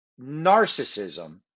narcissism